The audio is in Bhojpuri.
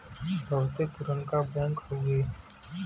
बहुते पुरनका बैंक हउए